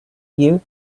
you